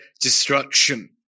destruction